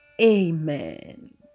Amen